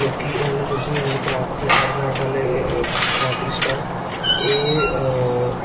लोक अजकल social media art and craft आहले आर्टिस्ट ऐ एह्